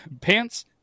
Pants